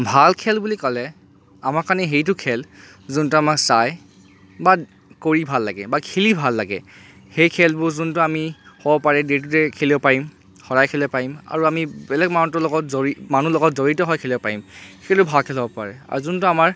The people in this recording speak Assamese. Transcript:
ভাল খেল বুলি ক'লে আমাৰ কাৰণে সেইটো খেল যোনটো আমাৰ চাই বা কৰি ভাল লাগে খেলি ভাল লাগে সেই খেলবোৰ যোনটো আমি হ'ব পাৰে ডে' টু ডে' খেলিব পাৰিম সদায় খেলিব পাৰিম আৰু আমি বেলেগ মানুহটো লগত জড়ি বেলেহ মানুহ লগত জড়িত হৈ খেলিব পাৰিম সেইবোৰ ভাল খেল হ'ব পাৰে আৰু যোনটো আমাৰ